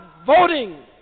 Voting